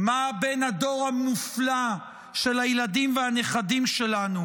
מה בין הדור המופלא של הילדים והנכדים שלנו